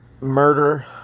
murder